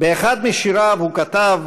באחד משיריו הוא כתב: